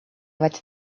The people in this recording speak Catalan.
vaig